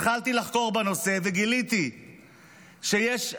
התחלתי לחקור בנושא וגיליתי שיש נכים,